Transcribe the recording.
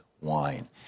Wine